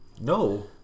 No